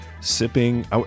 sipping